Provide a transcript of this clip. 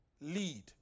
lead